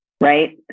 right